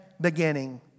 beginning